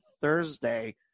Thursday